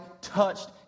touched